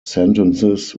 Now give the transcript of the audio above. sentences